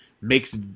Makes